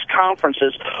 conferences